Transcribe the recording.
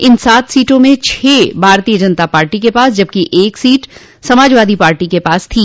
इन सात सीटों में छः भारतीय जनता पार्टी के पास जबकि एक सीट समाजवादी पार्टी के पास थी